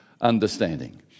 understanding